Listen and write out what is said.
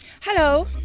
Hello